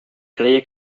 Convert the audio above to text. creia